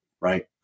right